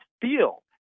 feel